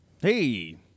Hey